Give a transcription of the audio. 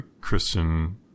Christian